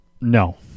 no